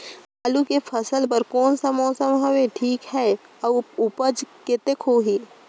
आलू के फसल बर कोन सा मौसम हवे ठीक हे अउर ऊपज कतेक होही?